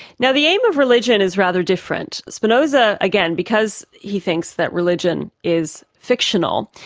now the aim of religion is rather different. spinoza again, because he thinks that religion is fictional,